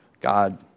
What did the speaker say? God